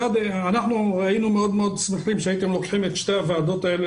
אנחנו היינו מאוד מאוד שמחים אם היו לוקחים את שתי הוועדות האלה